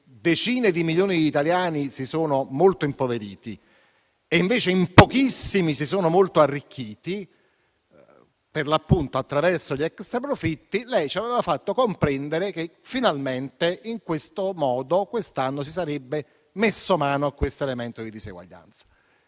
decine di milioni di italiani si sono molto impoverite e in pochissimi si sono molto arricchiti attraverso gli extraprofitti. Lei ci aveva fatto comprendere che, finalmente, in questo modo quest'anno si sarebbe messo mano a tale elemento di diseguaglianza.